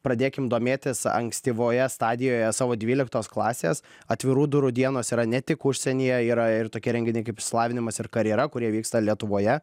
pradėkim domėtis ankstyvoje stadijoje savo dvyliktos klasės atvirų durų dienos yra ne tik užsienyje yra ir tokie renginiai kaip išsilavinimas ir karjera kurie vyksta lietuvoje